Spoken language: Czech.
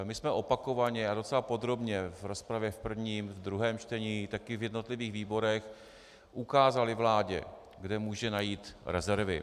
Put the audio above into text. My jsme opakovaně a docela podrobně v rozpravě v prvním, druhém čtení, taky v jednotlivých výborech ukázali vládě, kde může najít rezervy.